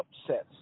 upsets